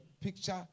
picture